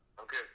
okay